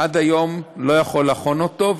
עד היום לא יכול לחון אותו,